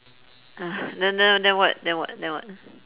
then then then what then what then what